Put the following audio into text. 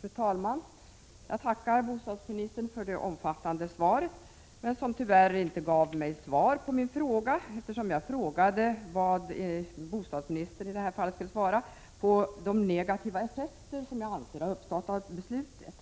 Fru talman! Jag tackar bostadsministern för det omfattande svaret, som tyvärr inte gav mig svar på min fråga, eftersom jag frågade vad bostadsministern hade att säga beträffande de negativa effekter som jag anser har uppstått genom beslutet.